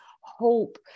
hope